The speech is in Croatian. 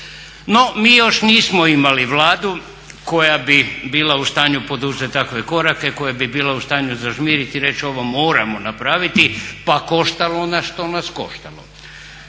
No, mi još nismo imali vladu koja bi bila u stanju poduzeti takve korake, koja bi bila u stanju zažmiriti i reći ovo moramo napraviti pa koštalo nas što nas koštalo.